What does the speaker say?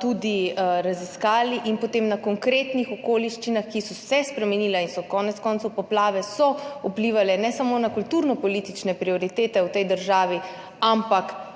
tudi raziskali in potem na podlagi konkretnih okoliščin, ki so se spremenile, konec koncev so poplave vplivale ne samo na kulturnopolitične prioritete v tej državi, ampak